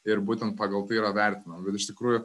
ir būtent pagal tai yra vertinama bet iš tikrųjų